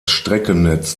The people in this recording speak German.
streckennetz